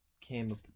came